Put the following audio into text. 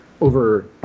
over